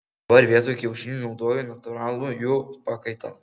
dabar vietoj kiaušinių naudoju natūralų jų pakaitalą